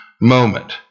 moment